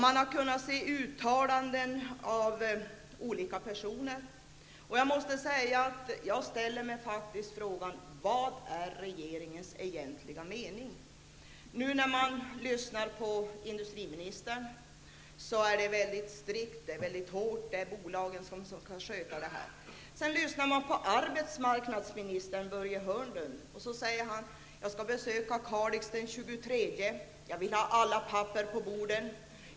Man har kunnat se uttalanden av olika personer. Jag måste säga att jag ställer mig frågan: Vilken är regeringens egentliga mening? När man lyssnar till industriministern är det strikt, hårt. Han säger att det är bolagen som skall sköta detta. Sedan lyssnar man till arbetsmarknadsminister Börje Hörnlund. Han säger: Jag skall besöka Kalix den 23 oktober. Jag vill ha alla papper på bordet.